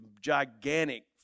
gigantic